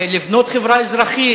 לבנות חברה אזרחית.